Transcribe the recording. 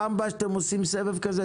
פעם הבאה שאתם עושים סבב כזה,